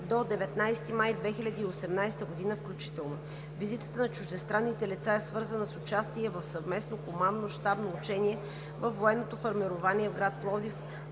до 19 май 2018 г. включително. Визитата на чуждестранните лица е свързана с участие в съвместно командно-щабно учение във военното формирование в град Пловдив